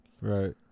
Right